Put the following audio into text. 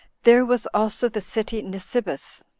there was also the city nisibis,